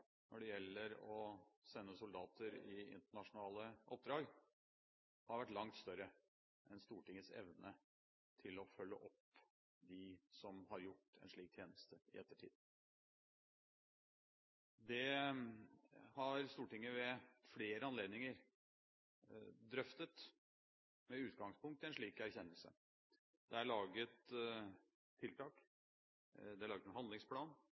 når det gjelder å sende soldater i internasjonale oppdrag, har vært langt større enn Stortingets evne til å følge opp dem som har gjort en slik tjeneste i ettertid. Det har Stortinget ved flere anledninger drøftet, med utgangspunkt i en slik erkjennelse. Det er laget tiltak, det er laget en handlingsplan,